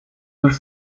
cóż